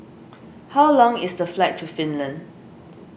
how long is the flight to Finland